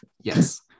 Yes